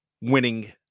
winning